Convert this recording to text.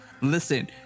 Listen